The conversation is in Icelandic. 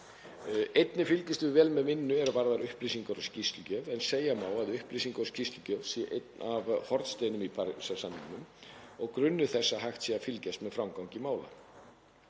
Einnig fylgjumst við vel með vinnu er varðar upplýsingar og skýrslugjöf en segja má að upplýsinga- og skýrslugjöf sé einn af hornsteinum í Parísarsamningnum og grunnur þess að hægt sé að fylgjast með framgangi mála.